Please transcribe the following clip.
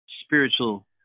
spiritual